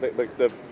but like the